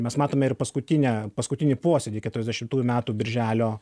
mes matome ir paskutinę paskutinį puosėdį keturiasdešimtųjų metų birželio